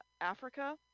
Africa